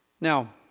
now